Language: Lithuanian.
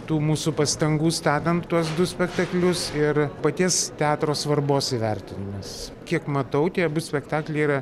tų mūsų pastangų statant tuos du spektaklius ir paties teatro svarbos įvertinimas kiek matau tie abu spektakliai yra